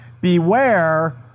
Beware